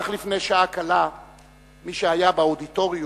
אך לפני שעה קלה מי שהיה באודיטוריום